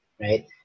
Right